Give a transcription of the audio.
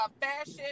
fashion